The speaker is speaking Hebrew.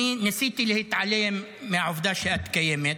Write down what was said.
אני ניסיתי להתעלם מהעובדה שאת קיימת,